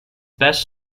best